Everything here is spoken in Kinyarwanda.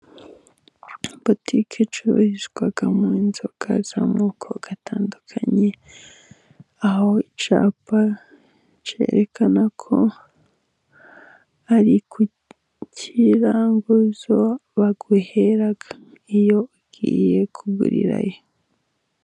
Butike icururizwamo inzoga z'amoko atandukanye, aho icyapa cyerekana ko ari kukiranguzo baguhera, iyo ugiye kugurirayo.